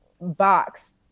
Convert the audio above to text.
box